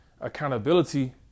accountability